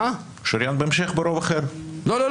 לא,